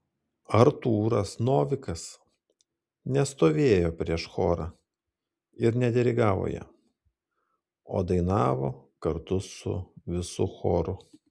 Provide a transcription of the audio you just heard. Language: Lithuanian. artūras novikas nestovėjo prieš chorą ir nedirigavo jam o dainavo kartu su visu choru